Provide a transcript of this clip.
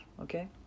okay